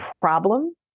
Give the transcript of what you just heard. problem